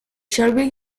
shelby